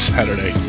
Saturday